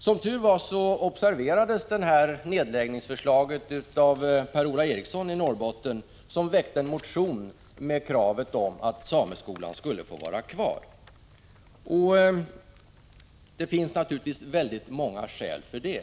Som tur var observerades nedläggningsförslaget av Per-Ola Eriksson i Norrbotten, som väckte en motion med kravet att sameskolan skulle få finnas kvar. Det finns också väldigt många skäl för detta.